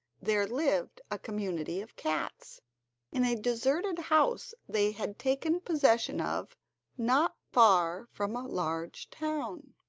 there lived a community of cats in a deserted house they had taken possession of not far from a large town.